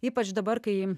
ypač dabar kai